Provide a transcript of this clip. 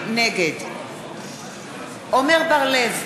נגד עמר בר-לב,